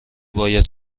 باید